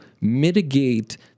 mitigate